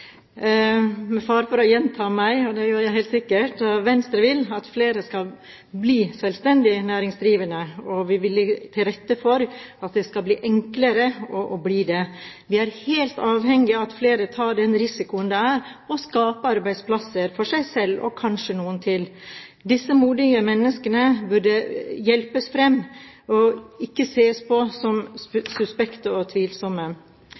Med fare for å gjenta meg selv, og det gjør jeg helt sikkert: Venstre vil at flere skal bli selvstendig næringsdrivende, og vi vil legge til rette for at det skal bli enklere å bli det. Vi er helt avhengig av at flere tar den risikoen det er å skape arbeidsplasser for seg selv og kanskje noen til. Disse modige menneskene burde hjelpes fram og ikke ses på som suspekte og